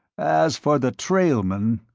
as for the trailmen